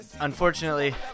Unfortunately